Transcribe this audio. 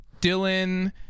Dylan